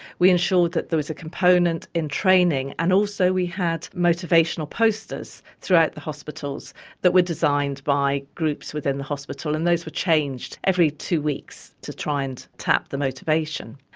we ensured that there was a component in training and also we had motivational posters throughout the hospitals that were designed by groups within the hospital, and those were changed every two weeks, to try and tap the motivation.